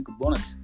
bonus